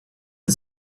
and